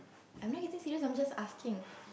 I'm not getting serious I'm just asking